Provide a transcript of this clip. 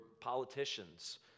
politicians